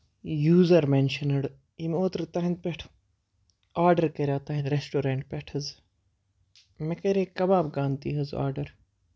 user mentioned یِم اوترٕ تُہُندِ پٮ۪ٹھ آڈر کَریاو تُہُند ریسٹورنٹ پٮ۪ٹھ حظ مےٚ کَرے کَباب کانتی حظ آدڑ